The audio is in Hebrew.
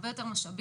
הרבה יותר משאבים,